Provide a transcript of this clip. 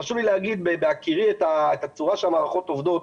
חשוב לי לומר בהכירי את הצורה שהמערכות עובדות.